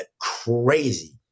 crazy